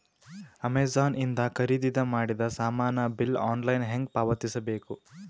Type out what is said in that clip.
Amazon ಇಂದ ಖರೀದಿದ ಮಾಡಿದ ಸಾಮಾನ ಬಿಲ್ ಆನ್ಲೈನ್ ಹೆಂಗ್ ಪಾವತಿಸ ಬೇಕು?